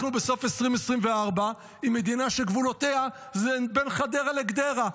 אנחנו בסוף 2024 עם מדינה שגבולותיה הם בין חדרה לגדרה.